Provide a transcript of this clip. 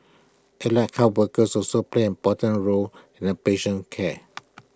allied health workers also play an important role in A patient care